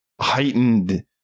heightened